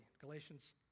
Galatians